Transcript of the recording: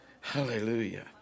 Hallelujah